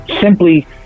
simply